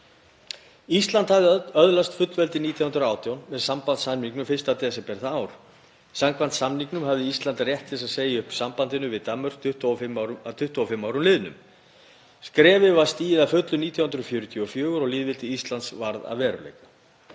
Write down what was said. Ísland hafði öðlast fullveldi 1918 með sambandssamningnum 1. desember það ár. Samkvæmt samningnum hafði Ísland rétt til að segja upp sambandinu við Danmörk að 25 árum liðnum. Skrefið var stigið að fullu 1944 og lýðveldi Íslands varð að veruleika.